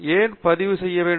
ஏன் பதிவு செய்ய வேண்டும்